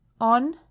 On